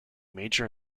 major